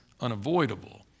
unavoidable